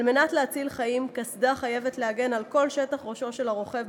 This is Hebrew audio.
כדי להציל חיים קסדה חייבת להגן על כל שטח ראשו של הרוכב,